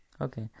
Okay